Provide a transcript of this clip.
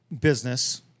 business